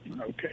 okay